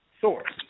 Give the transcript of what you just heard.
source